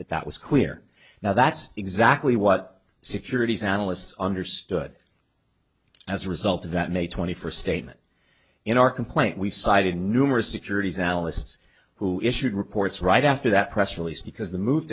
that that was clear now that's exactly what securities analysts understood as a result of that may twenty first statement in our complaint we cited numerous securities analysts who issued reports right after that press release because the move